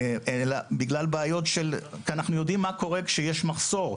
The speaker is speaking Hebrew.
אנחנו יודעים מה קורה כשיש מחסור.